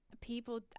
people